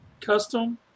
custom